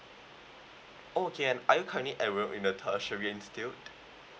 okay and are you currently enrolled in the